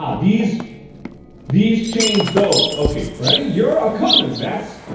ah these these change those ok, freddy you're a comin' that's.